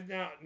Now